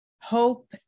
Hope